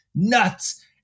nuts